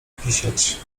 pisiać